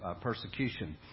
persecution